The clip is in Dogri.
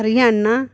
हरियाणा